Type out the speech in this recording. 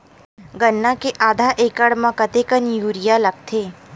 गन्ना के आधा एकड़ म कतेकन यूरिया लगथे?